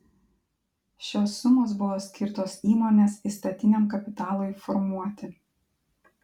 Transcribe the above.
šios sumos buvo skirtos įmonės įstatiniam kapitalui formuoti